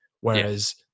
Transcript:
whereas